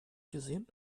gesehen